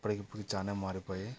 అప్పటికి ఇప్పటికి చాలా మారిపోయి